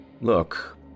look